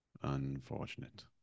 Unfortunate